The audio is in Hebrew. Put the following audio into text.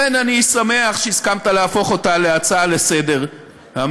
לכן אני שמח שהסכמת להפוך אותה להצעה לסדר-היום.